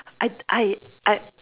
I I I